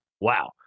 Wow